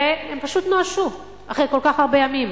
והם פשוט נואשו אחרי כל כך הרבה ימים.